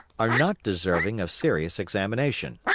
are not deserving of serious examination.